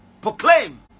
Proclaim